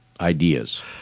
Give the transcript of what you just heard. ideas